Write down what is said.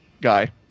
guy